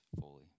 fully